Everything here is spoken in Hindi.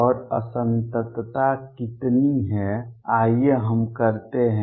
और असंततता कितनी है आइए हम करते हैं